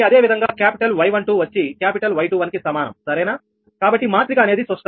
అదే విధంగా capital Y12 వచ్చి క్యాపిటల్ Y21 కి సమానం కావున మాత్రిక అనేది సుష్ట